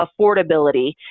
affordability